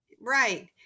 Right